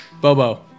Bobo